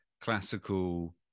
classical